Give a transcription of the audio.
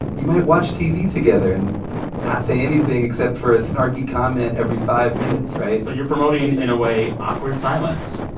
you might watch tv together and not say anything except for a snarky comment every five minutes, right? so you're promoting, in a way, awkward silence